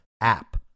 app